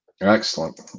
Excellent